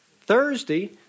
Thursday